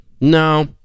no